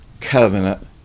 covenant